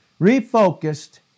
refocused